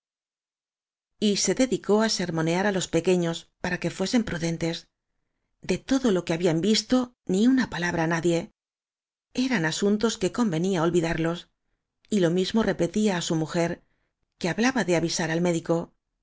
se dedicó á sermonear á los pequeños para que fuesen prudentes de todo lo que ha bían visto ni una palabra á nadie eran asun tos que convenía olvidarlos y lo mismo repe tía á su mujer que hablaba de avisar al médi